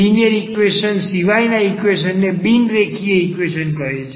linear equation સિવાયના equation ને બિનરેખીય ઈક્વેશન કહીએ છે